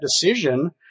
decision